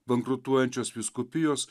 bankrutuojančios vyskupijos